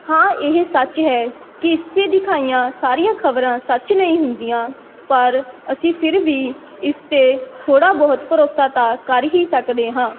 ਹਾਂ ਇਹ ਸੱਚ ਹੈ ਕਿ ਇਸ 'ਤੇ ਦਿਖਾਈਆਂ ਸਾਰੀਆਂ ਖ਼ਬਰਾਂ ਸੱਚ ਨਹੀਂ ਹੁੰਦੀਆਂ ਪਰ ਅਸੀਂ ਫਿਰ ਵੀ ਇਸ 'ਤੇ ਥੋੜ੍ਹਾ ਬਹੁਤ ਭਰੋਸਾ ਤਾਂ ਕਰ ਹੀ ਸਕਦੇ ਹਾਂ